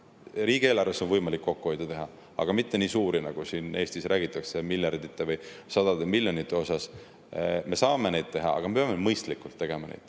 riigieelarves on võimalik kokkuhoide teha, aga mitte nii suuri, nagu siin Eestis räägitakse miljarditest või sadadest miljonitest. Me saame neid teha, aga me peame mõistlikult tegema. Need